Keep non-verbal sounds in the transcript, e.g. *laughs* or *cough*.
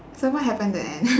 so what happen the end *laughs*